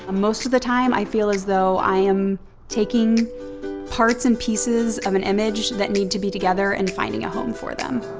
ah most of the time, i feel as though i am taking parts and pieces of an image that need to be together and finding a home for them.